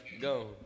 go